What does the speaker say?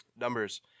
numbers